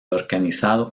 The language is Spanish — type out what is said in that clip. organizado